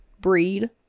breed